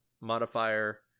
modifier